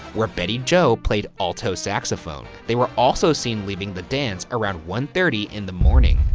where betty jo played alto saxophone. they were also seen leaving the dance around one thirty in the morning.